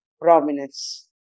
prominence